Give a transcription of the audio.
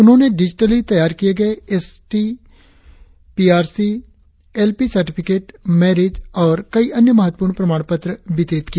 उन्होंने डिजिटली तैयार किए गए S T P R C और एल पी सर्टिफिकेट मैरिज और कई अन्य महत्वपूर्ण प्रमाण पत्र वितरित किया